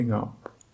up